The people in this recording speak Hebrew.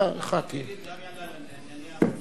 תשובה אחת, השר בגין יענה גם על ענייני הרופאים,